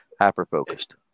hyper-focused